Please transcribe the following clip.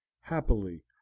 Happily